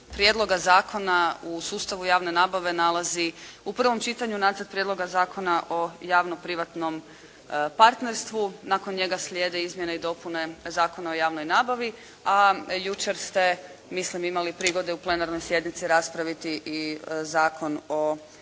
Prijedloga Zakona u sustavu javne nabave nalazi u prvom čitanju nacrt Prijedloga Zakona o javno-privatnom partnerstvu, nakon njega slijede Izmjene i dopune Zakona o javnoj nabavi, a jučer ste mislim imali prigode u plenarnoj sjednici raspraviti i Zakon o